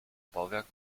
bauwerk